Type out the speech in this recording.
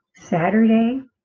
Saturday